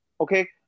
Okay